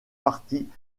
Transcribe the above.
partie